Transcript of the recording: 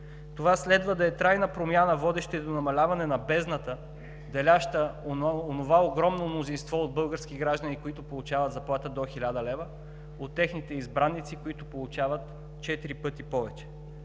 Това следва да е трайна промяна, водеща до намаляване на бездната, деляща онова огромно мнозинство от български граждани, които получават заплата до 1000 лв., от техните избранници, които получават четири пъти повече.